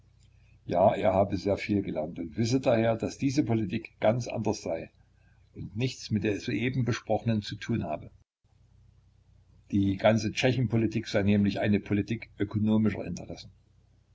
ja er habe sehr viel gelernt und wisse daher daß diese politik ganz anders sei und nichts mit der soeben besprochenen zu tun habe die ganze tschechenpolitik sei nämlich eine politik ökonomischer interessen